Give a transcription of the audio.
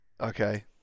Okay